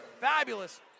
fabulous